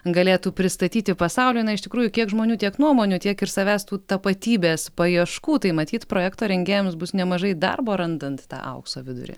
galėtų pristatyti pasauliui na iš tikrųjų kiek žmonių tiek nuomonių tiek ir savęs tų tapatybės paieškų tai matyt projekto rengėjams bus nemažai darbo randant tą aukso vidurį